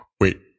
Wait